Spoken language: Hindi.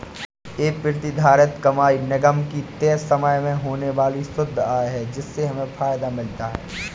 ये प्रतिधारित कमाई निगम की तय समय में होने वाली शुद्ध आय है जिससे हमें फायदा मिलता है